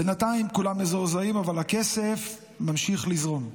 בינתיים כולם מזועזעים, אבל הכסף ממשיך לזרום.